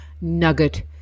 nugget